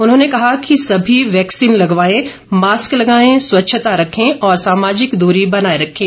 उन्होंने कहा कि सभी वैक्सीन लगवायें मास्क लगाएं स्वच्छता रखें और सामाजिक दूरी बनाए रखें